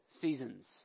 seasons